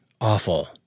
awful